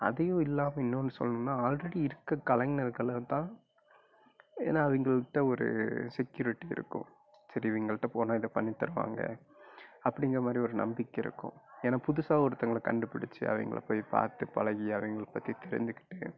அதையும் இல்லாம இன்னோன்று சொல்லணுனா ஆல்ரெடி இருக்க கலைஞர்களில் தான் ஏன்னா அவங்கள்ட்ட ஒரு செக்யூரிட்டி இருக்கும் சரி இவங்கள்ட்ட போனா இதை பண்ணி தருவாங்க அப்படிங்கிற மாதிரி ஒரு நம்பிக்கை இருக்கும் ஏன்னா புதுசாக ஒருத்தவங்கள கண்டுபுடிச்சு அவங்கள போய் பார்த்து பழகி அவங்கள பற்றி தெரிஞ்சிக்கிட்டு